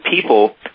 people